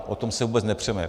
O tom se vůbec nepřeme.